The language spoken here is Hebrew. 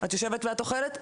את יושבת ואת אוכלת,